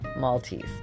Maltese